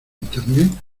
internet